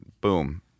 Boom